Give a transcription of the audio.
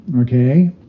okay